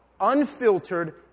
unfiltered